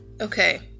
Okay